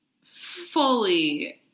fully